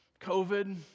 COVID